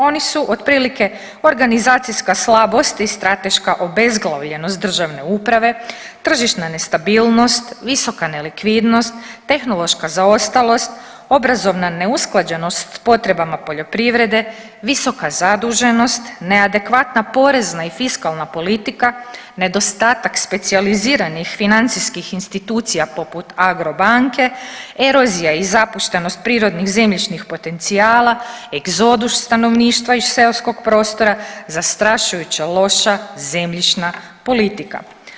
Oni su otprilike organizacijska slabost i strateška obezglavljenost državne uprave, tržišna nestabilnost, visoka nelikvidnost, tehnološka zaostalost, obrazovna neusklađenost s potrebama poljoprivrede, visoka zaduženost, neadekvatna porezna i fiskalna politika, nedostatak specijaliziranih financijskih institucija poput Agrobanke, erozija i zapuštenost prirodnih zemljišnih potencijala, egzodus stanovništva iz seoskog prostora, zastrašujuće loša zemljišna politika.